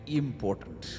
important